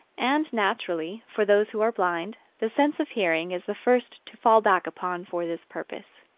and, naturally, for those who are blind, the sense of hearing is the first to fall back upon for this purpose.